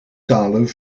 talen